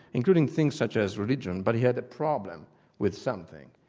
including things such as religion, but he had a problem with something.